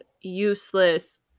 useless